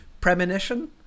Premonition